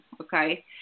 Okay